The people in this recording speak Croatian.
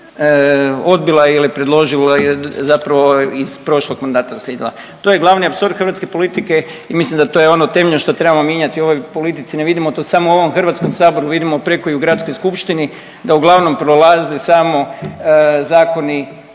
odbila ili predložila, zapravo iz prošlog mandata naslijedila. To je glavni apsurd hrvatske politike i mislim da to je ono temeljno što trebamo mijenjati u ovoj politici, ne vidimo to samo u ovom HS, vidimo preko i u gradskoj skupštini da uglavnom prolaze samo zakoni